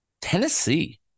Tennessee